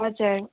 हजुर